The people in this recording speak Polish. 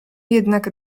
jednak